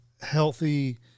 healthy